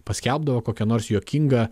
paskelbdavo kokią nors juokingą